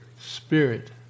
Spirit